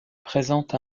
présente